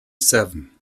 seven